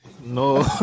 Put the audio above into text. No